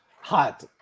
Hot